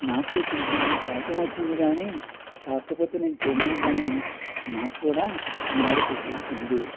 నాకు కొంచెం కోపం వచ్చింది కానీ కాకపోతే నేను చేసిన పని నాకు కూడా నవ్వు తెప్పించింది